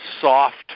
soft